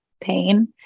pain